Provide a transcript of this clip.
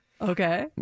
Okay